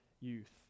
youth